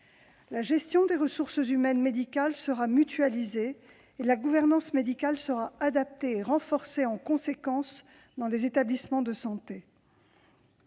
La gestion des ressources humaines médicales sera mutualisée, et la gouvernance médicale sera adaptée et renforcée en conséquence dans les établissements de santé.